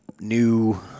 new